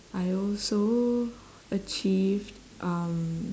I also achieved um